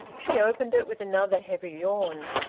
he opened it with another heavy yawn.